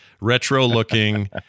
retro-looking